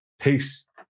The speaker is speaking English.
Peace